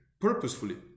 purposefully